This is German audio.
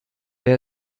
wer